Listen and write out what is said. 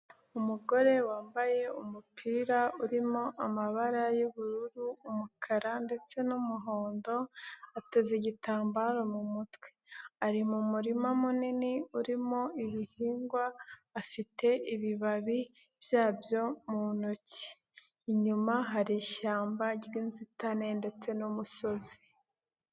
Umugore wambaye umupira urimo amabara y'ubururu, umukara ndetse n'umuhondo, ateze igitambaro mu mutwe, ari mu murima munini urimo ibihingwa afite ibibabi byabyo mu ntoki, inyuma hari ishyamba ry'inzitane ndetse n'umusozi.